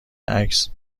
عکس